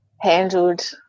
handled